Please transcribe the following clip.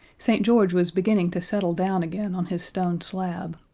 st. george was beginning to settle down again on his stone slab.